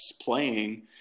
playing